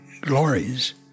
glories